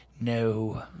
No